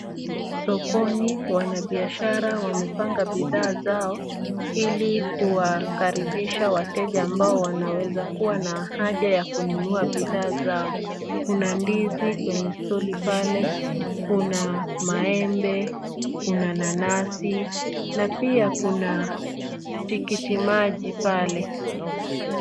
Sokoni wanabiashara wamepanga bidhaa zao, ili kuwakaribisha wateja ambao wanaweza kuwa na haja ya kununua bidhaa zao. Kuna ndizi kwenye store li pale, kuna maembe, kuna nanasi na pia kuna tikitimaji pale.